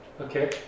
Okay